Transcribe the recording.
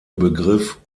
begriff